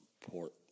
port